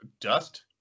dust